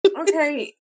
Okay